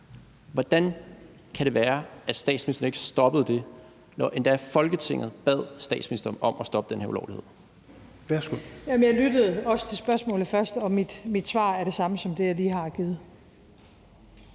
Hvordan kan det være, at statsministeren ikke stoppede det, når Folketinget endda bad statsministeren om at stoppe den her ulovlighed?